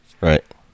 right